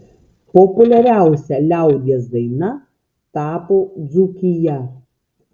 populiariausia liaudies daina tapo dzūkija